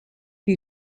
you